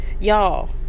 Y'all